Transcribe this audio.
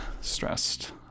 stressed